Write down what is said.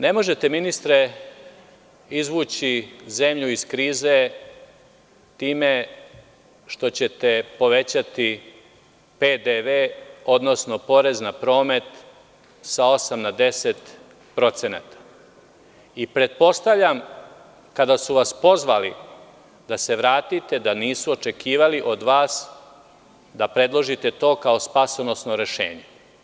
Ne možete, ministre, izvući zemlju iz krize time što ćete povećati PDV, odnosno porez na promet sa 8% na 10% i pretpostavljam, kada su vas pozvali da se vratite, da nisu očekivali od vas da predložite to kao spasonosno rešenje.